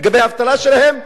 לאבטלה שלהם,